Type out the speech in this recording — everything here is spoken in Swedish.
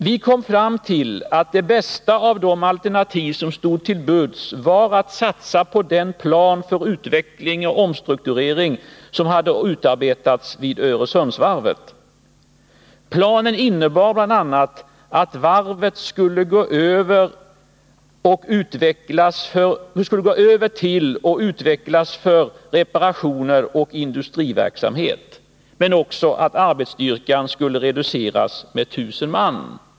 Vi kom fram till att det bästa av de alternativ som stod till buds var att satsa på den plan för utveckling och omstrukturering som hade utarbetats vid Öresundsvarvet. Planen innebar bl.a. att varvet skulle gå över till och utvecklas för reparationer och industriverksamhet, men också att arbetsstyrkan skulle reduceras med 1 000 man.